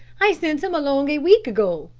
i sent him along a week ago.